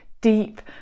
deep